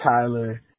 Tyler